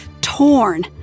torn